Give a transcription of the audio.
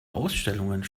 ausstellungen